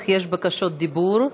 אך יש בקשות דיבור.